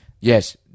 yes